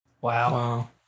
Wow